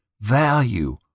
value